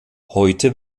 heute